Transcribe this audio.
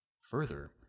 Further